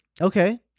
Okay